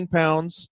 pounds